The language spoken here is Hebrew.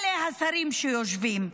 אלה השרים שיושבים בה.